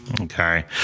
okay